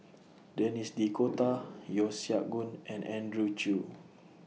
Denis D'Cotta Yeo Siak Goon and Andrew Chew